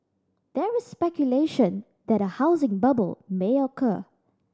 there is speculation that a housing bubble may occur